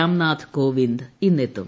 Ramnath Kovind ഇന്നെത്തും